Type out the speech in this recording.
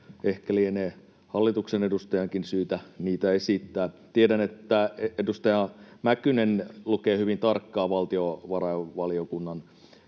ehkä lienee hallituksen edustajankin syytä niitä esittää. Tiedän, että edustaja Mäkynen lukee hyvin tarkkaan valtiovarainvaliokunnan